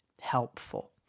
helpful